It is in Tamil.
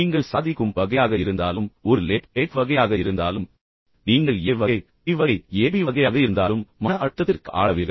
நீங்கள் ஒரு சாதிக்கும் வகையாக இருந்தாலும் நீங்கள் ஒரு லேட் பேக் வகையாக இருந்தாலும் நீங்கள் ஏ வகை பி வகை அல்லது ஏபி வகை ஆளுமையாக இருந்தாலும் நீங்கள் மன அழுத்தத்திற்கு ஆளாவீர்கள்